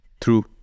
true